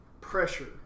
pressure